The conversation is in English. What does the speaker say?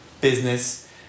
business